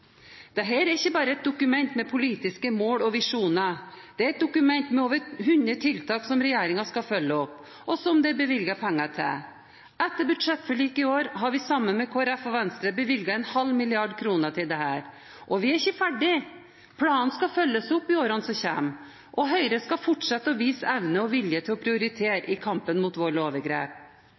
stå her i dag og debattere opptrappingsplanen mot vold og overgrep. Vi behandler i dag en helhetlig plan med konkrete tiltak på helse-, skole-, kommune-, barneverns- og justisområdet – nok et tiltak fra regjeringen i kampen mot vold og overgrep. Dette er ikke bare et dokument med politiske mål og visjoner. Dette er et dokument med over 100 tiltak som regjeringen skal følge opp, og som det er bevilget penger til. Etter budsjettforliket i år har vi sammen med Kristelig Folkeparti og Venstre bevilget en halv milliard kroner til dette, og